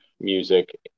music